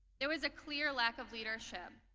there was a clear lack of leadership.